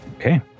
Okay